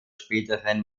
späteren